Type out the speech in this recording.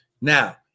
Now